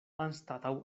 anstataŭ